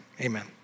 Amen